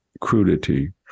crudity